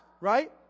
right